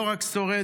לא רק שורדת,